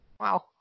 Wow